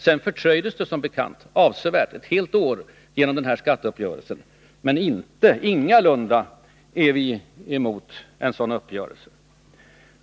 Sedan fördröjdes det som bekant avsevärt — ett helt år — genom skatteuppgörelsen. Vi är alltså ingalunda emot en löneanpassning.